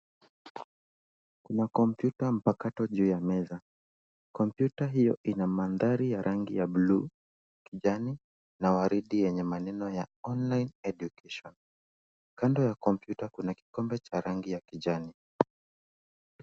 Kuna kompyuta mpakato juu ya meza. Kompyuta hio ina mandhari ya rangi ya blue , kijani, na waridi, yenye maneno ya online education . Kando ya kompyuta kuna kikombe cha rangi ya kijani.